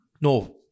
no